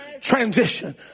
transition